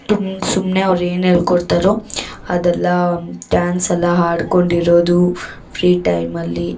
ಸುಮ್ ಸುಮ್ನೆ ಅವ್ರೇನು ಹೇಳ್ಕೊಡ್ತಾರೋ ಅದೆಲ್ಲ ಡ್ಯಾನ್ಸೆಲ್ಲ ಹಾಡ್ಕೊಂಡಿರೋದು ಫ್ರೀ ಟೈಮಲ್ಲಿ